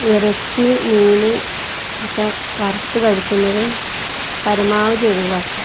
ഇറച്ചി മീൻ ഒക്കെ വറുത്ത് കഴിക്കുന്നതും പരമാവധി ഒഴിവാക്കുക